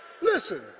Listen